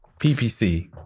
PPC